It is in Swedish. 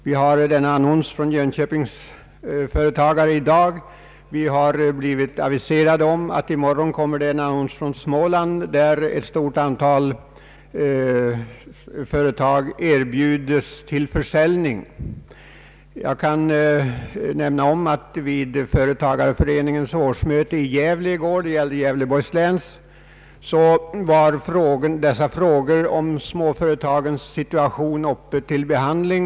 Vi har i dag annonsen från Jönköpingsföretagare, och vi har blivit aviserade om att det i morgon kommer en annan annons från Småland, där ett stort antal företag erbjuds till försäljning. Jag kan nämna att vid företagareföreningens årsmöte i Gävle i går — det gäller alltså Gävleborgs län — var frågan om småföretagens situation uppe till behandling.